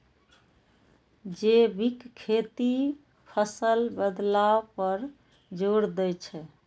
जैविक खेती फसल बदलाव पर जोर दै छै